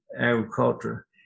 agriculture